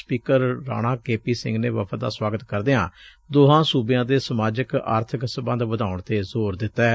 speaker Rana KP Singh ਨੇ ਵਫਦ ਦਾ ਸਵਾਗਤ ਕਰਦਿਆਂ ਦੋਹਾਂ ਸੂਬਿਆਂ ਦੇ ਸਮਾਜਿਕ ਆਰਥਿਕ ਸਬੰਧ ਵਧਾਉਣ ਤੇ ਜ਼ੋਰ ਦਿੱਤੈ